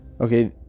Okay